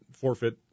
forfeit